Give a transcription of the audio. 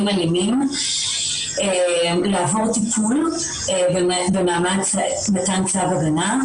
הגברים האלימים לעבור טיפול ובמעמד מתן צו הגנה.